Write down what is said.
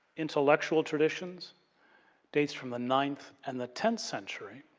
intellectual traditions dates from the ninth and the tenth century.